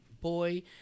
boy